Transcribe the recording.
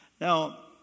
Now